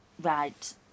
right